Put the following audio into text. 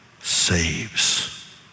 saves